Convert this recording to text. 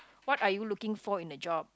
what are you looking for in a job